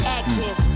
active